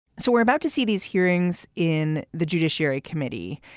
so we're about to see these hearings in the judiciary committee.